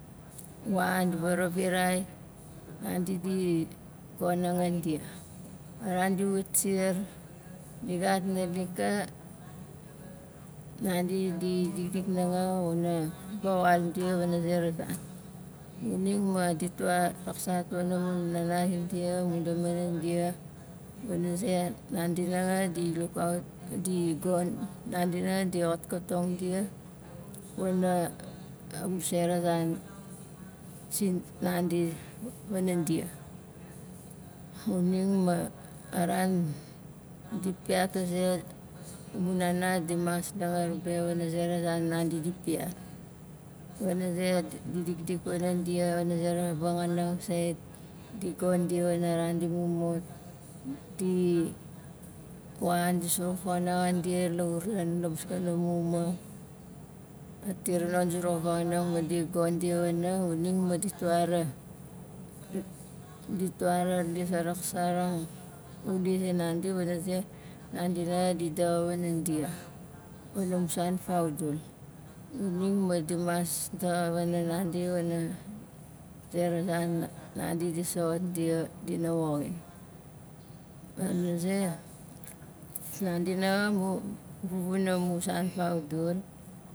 Wan di varavirai nandi di gon nanga dia a ran di wat siar di gat naalik ka nandi di dikdik nanga wana vawaul dia wana zera zan xuning ma ditwa raksaat pana mun nana zindia mun damana dia wana ze nandi nanga di lukaut di gon nandi nanga di xotxotong dia wana amu se ra zan sinandi wanan dia xuning ma a ran dit piat a ze amun nana di mas langar be wana zera zan nandi dit piat wana ze di dikdik wanan dia wana zera vangaanang sait di gon di wana ran di mumut di wan di suruk fangaanang xan dia lauran na maskana mu uma ma di gon di wana xuning ma ditwa ra- ditwa ra lis a raksarang wuli zinandi wana ze nandi zait di daxa wanan dia wana musan faudul xuning ma di mas daxa wana nandi wana zera zan nandi di soxot dia dina woxin wana ze nandi hanga amu vuvuna musan faudul